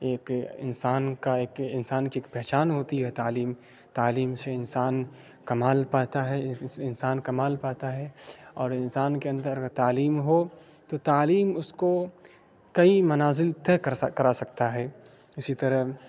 ایک انسان کا ایک انسان کی ایک پہچان ہوتی ہے تعلیم تعلیم سے انسان کمال پاتا ہے انسان کمال پاتا ہے اور انسان کے اندر تعلیم ہو تو تعلیم اس کو کئی منازل طے کر کرا سکتا ہے اسی طرح